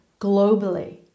globally